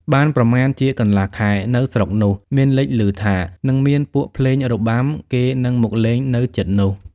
បានប្រមាណជាកន្លះខែ នៅស្រុកនោះ មានលេចឮថា នឹងមានពួកភ្លេងរបាំ គេនឹងមកលេងនៅជិតនោះ